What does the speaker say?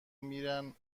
میرن